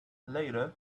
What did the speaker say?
later